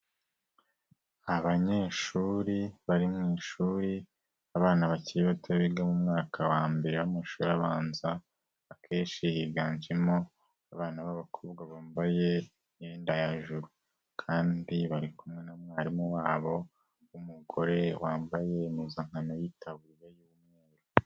Abanyeshuri bari mu ishuri abana bakiri bato biga mu mwaka wa mbere w'amashuri abanza, akenshi higanjemo abana b'abakobwa bambaye imyenda hejuru, kandi bari kumwe n'mwarimu wabo w'umugore wambaye impuzankano yitaburiye.